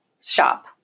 shop